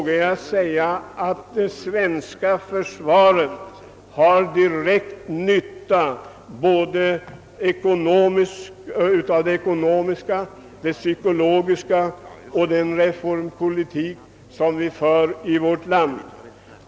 Jag vågar påstå att det svenska försvaret både ekonomiskt och psykologiskt har direkt nytta av den reformpolitik som vi för i vårt land.